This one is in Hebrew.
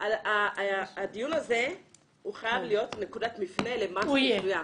הדיון הזה חייב להיות נקודת מפנה למשהו מסוים.